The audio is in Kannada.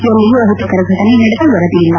ಎಲ್ಲಿಯೂ ಅಹಿತಕರ ಘಟನೆ ನಡೆದ ವರದಿ ಇಲ್ಲ